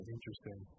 Interesting